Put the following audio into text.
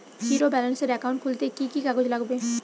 Zero ব্যালেন্সের account খুলতে কি কি কাগজ লাগবে?